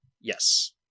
yes